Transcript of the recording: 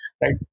right